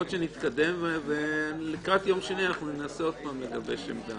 יכול להיות שנתקדם ולקראת יום שני ננסה עוד פעם לגבש עמדה.